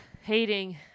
Hating